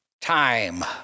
time